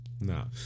No